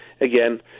again